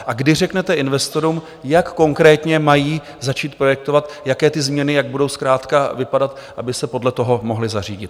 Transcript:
A kdy řeknete investorům, jak konkrétně mají projektovat, jak ty změny budou zkrátka vypadat, aby se podle toho mohli zařídit?